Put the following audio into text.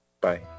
Bye